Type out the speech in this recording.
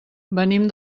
venim